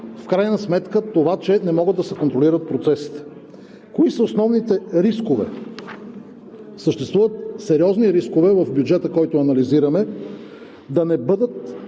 в крайна сметка това, че не могат да се контролират процесите. Кои са основните рискове? Съществуват сериозни рискове в бюджета, който анализираме, да не бъдат